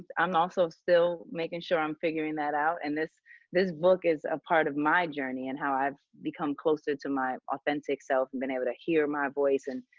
i'm also still making sure i'm figuring that out, and this this book is a part of my journey and how i've become closer to my authenticself and been able to hear my voice and,